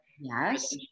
Yes